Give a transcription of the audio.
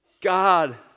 God